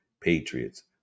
Patriots